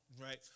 right